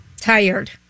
tired